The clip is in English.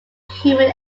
human